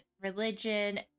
religion